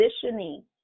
positioning